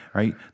right